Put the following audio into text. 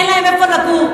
אין להם איפה לגור.